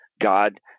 God